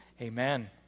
amen